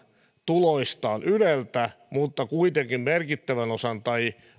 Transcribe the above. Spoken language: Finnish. tuloistaan yleltä mutta kuitenkin merkittävän osan tai